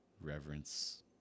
reverence